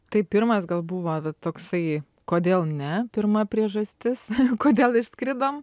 tai pirmas gal buvo va toksai kodėl ne pirma priežastis kodėl išskridom